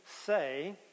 Say